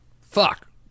Fuck